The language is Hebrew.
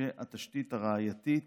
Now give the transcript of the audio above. שהתשתית הראייתית